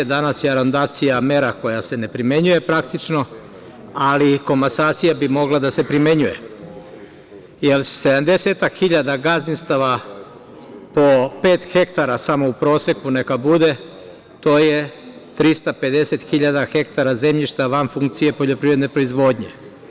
Danas je arondacija mera koja se ne primenjuje, praktično, ali komasacija bi mogla da se primenjuje, jer sedamdesetak hiljada gazdinstava po pet hektara samo u proseku neka bude, to je 350 hiljada hektara zemljišta van funkcije poljoprivredne proizvodnje.